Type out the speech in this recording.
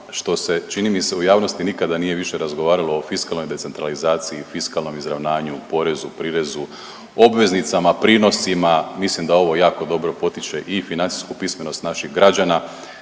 što se čini mi se u javnosti nikada nije više razgovaralo o fiskalnoj decentralizaciji i fiskalnom izravnanju, o porezu, prirezu, obveznicama, prinosima, mislim da ovo jako dobro potiče i financijsku pismenost naših građana,